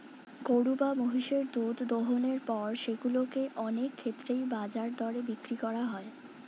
গরু বা মহিষের দুধ দোহনের পর সেগুলো কে অনেক ক্ষেত্রেই বাজার দরে বিক্রি করা হয়